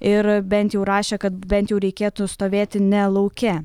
ir bent jau rašė kad bent jau reikėtų stovėti ne lauke